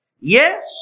yes